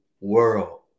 World